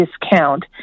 discount